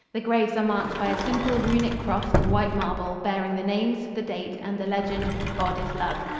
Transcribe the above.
the graves are marked by a simple runic cross in white marble bearing the names, the date, and the legend, god is love.